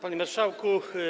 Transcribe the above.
Panie Marszałku!